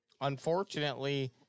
Unfortunately